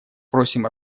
просим